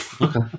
Okay